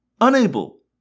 unable